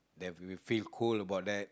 that we feel cool about that